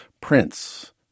Prince